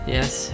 Yes